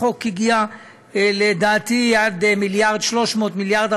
החוק הגיע לדעתי עד 1.3 מיליארד,